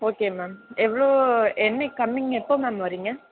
okay ma'am எவ்வளோ என்னைக்கு coming எப்போது மேம் வரீங்க